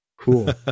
Cool